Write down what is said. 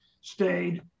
stayed